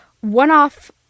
one-off